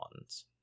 ones